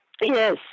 Yes